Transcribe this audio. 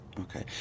Okay